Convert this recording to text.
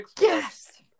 Yes